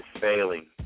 failing